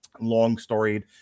long-storied